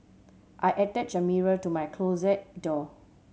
I attached a mirror to my closet door